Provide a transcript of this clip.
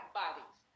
bodies